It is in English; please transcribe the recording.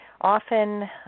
often